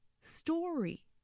story